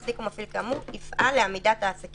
מחזיק או מפעיל כאמור יפעל לעמידת העסקים